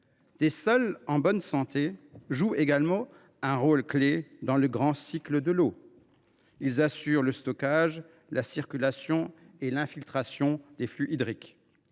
Des sols en bonne santé jouent également un rôle clé dans le grand cycle de l’eau : ils assurent le stockage, la circulation et l’infiltration des flux hydriques.